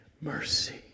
mercy